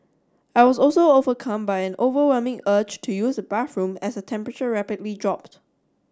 I was also overcome by an overwhelming urge to use the bathroom as the temperature rapidly dropped